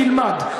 תלמד.